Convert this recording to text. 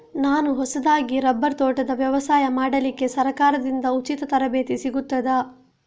ನಾನು ಹೊಸದಾಗಿ ರಬ್ಬರ್ ತೋಟದ ವ್ಯವಸಾಯ ಮಾಡಲಿಕ್ಕೆ ಸರಕಾರದಿಂದ ಉಚಿತ ತರಬೇತಿ ಸಿಗುತ್ತದಾ?